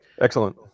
Excellent